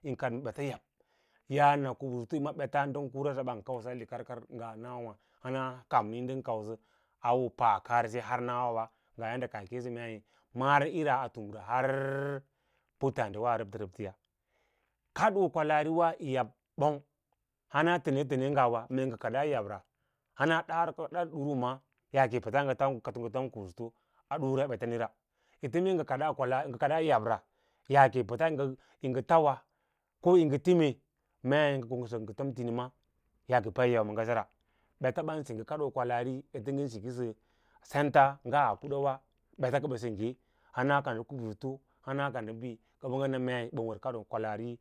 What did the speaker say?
Yin kad ma bets yab, yas na kubsutu bets nga ndan kura an kau sa a likar karwa ng ana nwawa hana kamni ndan kausa awa pa kareseya nawawa kaah yi keea mee mara ir a tura har puttaddiws a rab rabtaya kadoo kwalaar wayi yab bong hana tane ngawa mee ng kadaa yabra hana ngawa mee nga kadaa yab rah ana dasudurm ma yaake yi pats yiti nga tom kubsutu a dura bets mira ete me nga kadas kwalaari nga kadaa yab ra yaakeyi pata nga tauwa ringa tine me konga sak nga tom tinins yaake oak yi yau ma ngase ra bets ban sengge kadoo kwalaari u yin siki sneta nga kudawa. beta ka na sengge hana kan kubsulu hana kan bi kafin nga e ba kadoo kwalaari